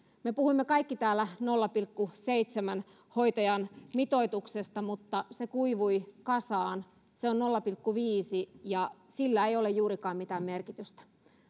me puhuimme kaikki täällä nolla pilkku seitsemän hoitajan mitoituksesta mutta se kuivui kasaan se on nolla pilkku viisi ja sillä ei ole juurikaan mitään merkitystä